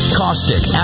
caustic